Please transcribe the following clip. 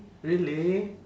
really